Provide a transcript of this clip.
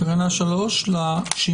תקנה 3 לשימוש?